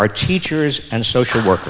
are teachers and social work